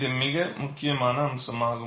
இது மிக முக்கியமான அம்சமாகும்